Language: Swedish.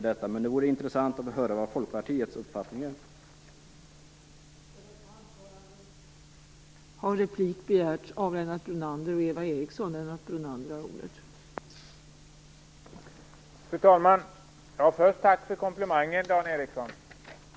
Det vore intressant att höra vilken uppfattning Folkpartiet har.